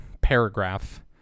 paragraph